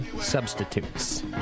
substitutes